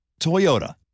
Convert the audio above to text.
Toyota